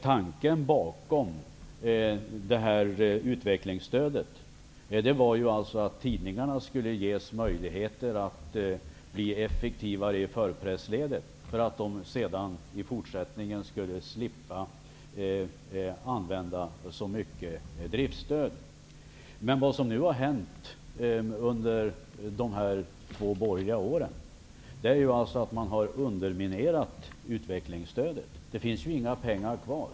Tanken bakom utvecklingsstödet var ju att tidningarna skulle ges möjligheter att bli effektivare i förpressledet, för att de sedan skulle slippa använda så mycket driftstöd. Vad som nu har hänt under de två borgerliga regeringsåren är att man har underminerat utvecklingsstödet. Det finns inga pengar kvar.